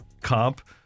comp